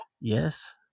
Yes